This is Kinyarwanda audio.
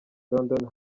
london